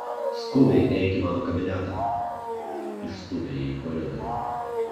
skubiai eik į mano kabinetą išstūmė jį į koridorių